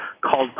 called